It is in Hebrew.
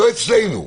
לא אצלנו.